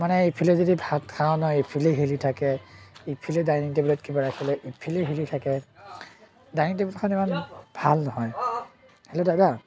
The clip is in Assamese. মানে এইফালে যদি ভাত খাওঁ ন এইফালে হিলি থাকে ইফালে ডাইনিং টেবুলত কিবা খালে ইফালে হিলি থাকে ডাইনিং টেবুলখন ইমান ভাল নহয় হেল্ল' দাদা